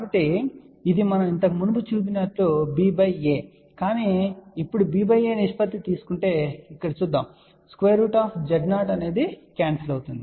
కాబట్టి ఇది మనం ఇంతకు మునుపు చూసిన ba కానీ ఇప్పుడు ba నిష్పత్తిని తీసుకుంటే ఇక్కడ కూడా చూద్దాం Z0 రద్దు అవుతుంది